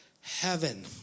heaven